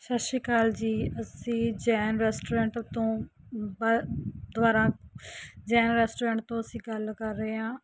ਸਤਿ ਸ਼੍ਰੀ ਅਕਾਲ ਜੀ ਅਸੀਂ ਜੈਨ ਰੈਸਟੋਰੈਂਟ ਤੋਂ ਬਾ ਦੁਆਰਾ ਜੈਨ ਰੈਸਟੋਰੈਂਟ ਤੋਂ ਅਸੀਂ ਗੱਲ ਕਰ ਰਹੇ ਹਾਂ